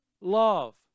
love